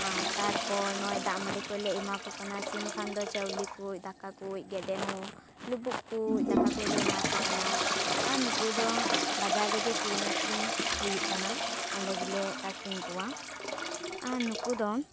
ᱟᱨ ᱛᱟᱨᱯᱚᱨ ᱱᱚᱜᱼᱚᱭ ᱫᱟᱜ ᱢᱟᱹᱰᱤ ᱠᱚᱞᱮ ᱮᱢᱟᱠᱚ ᱠᱟᱱᱟ ᱥᱤᱢ ᱠᱷᱟᱱ ᱫᱚ ᱪᱟᱹᱣᱞᱮ ᱠᱚ ᱫᱟᱠᱟ ᱠᱚ ᱜᱮᱰᱮ ᱦᱚᱸ ᱞᱩᱵᱩᱜ ᱠᱚ ᱫᱟᱠᱟ ᱠᱚ ᱞᱮ ᱮᱢᱟ ᱠᱚ ᱠᱟᱱᱟ ᱟᱨ ᱱᱩᱠᱩ ᱫᱚ ᱵᱟᱡᱟᱨ ᱨᱮᱜᱮ ᱠᱤᱨᱤᱧ ᱟᱹᱠᱷᱨᱤᱧ ᱦᱩᱭᱩᱜ ᱠᱟᱱᱟ ᱚᱸᱰᱮ ᱜᱮᱞᱮ ᱟᱹᱠᱷᱟᱨᱤᱧ ᱠᱚᱣᱟ ᱟᱨ ᱱᱩᱠᱩ ᱫᱚ